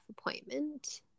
appointment